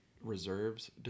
reserves